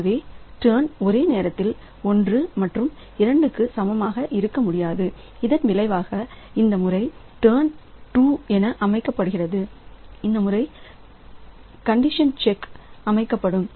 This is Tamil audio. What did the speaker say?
எனவே டர்ன் ஒரே நேரத்தில் 1 மற்றும் 2 க்கு சமமாக இருக்க முடியாது இதன் விளைவாக இந்த முறை டர்ன் ட்ரூ என அமைக்கப்படும் இந்த முறை கண்டிஷன் செக் அமைக்கப்படும்